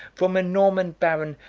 from a norman baron,